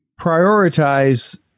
prioritize